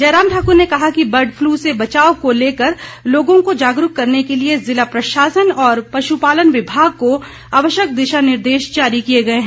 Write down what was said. जयराम ठाकुर ने कहा कि बर्ड फ्लू से बचाव को लेकर लोगों को जागरूक करने के लिए ज़िला प्रशासन और पशुपालन विभाग को आवश्यक दिशा निर्देश दिए गए हैं